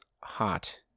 hot